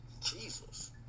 Jesus